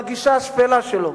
בגישה השפלה שלו.